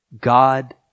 God